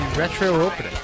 Retro-opening